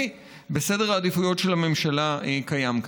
בסדר העדיפויות של הממשלה קיים כאן.